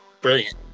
brilliant